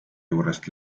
juurest